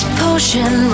potion